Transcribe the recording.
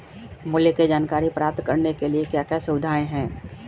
मूल्य के जानकारी प्राप्त करने के लिए क्या क्या सुविधाएं है?